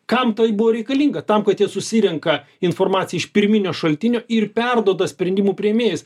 kam tai buvo reikalinga tam kad jie susirenka informaciją iš pirminio šaltinio ir perduoda sprendimų priėmėjais